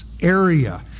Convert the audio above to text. area